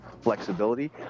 flexibility